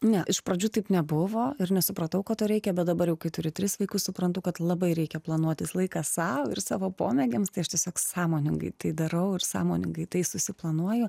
ne iš pradžių taip nebuvo ir nesupratau ko to reikia bet dabar jau kai turiu tris vaikus suprantu kad labai reikia planuotis laiką sau ir savo pomėgiams tai aš tiesiog sąmoningai tai darau ir sąmoningai tai susiplanuoju